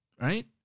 right